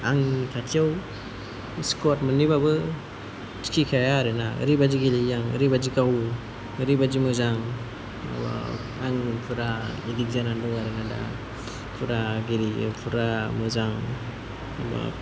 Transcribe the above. आंनि खाथियाव स्कुवाद मोननैबाबो थिकिखाया आरोना ओरैबादि गेलेयो आं ओरैबादि गावो ओरैबादि मोजां बा आं पुरा एडिक्ट जानानै दङ दा पुरा गेलेयो औरा मोजां माबा